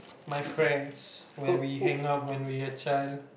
my friends when we hang out when we a child